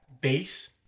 base